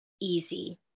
easy